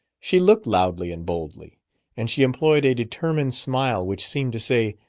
she looked loudly and boldly and she employed a determined smile which seemed to say,